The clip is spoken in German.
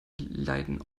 leiden